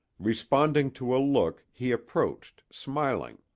responding to a look he approached, smiling.